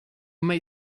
may